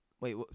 Wait